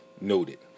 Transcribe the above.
noted